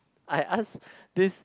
I asked this